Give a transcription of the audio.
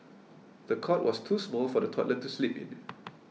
the cot was too small for the toddler to sleep in